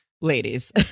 ladies